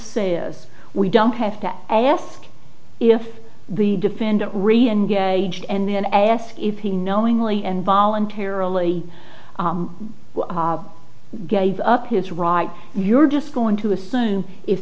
says we don't have to ask if the defendant re engaged and then ask if he knowingly and voluntarily gave up his rights you're just going to assume if